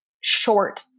short